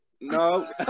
no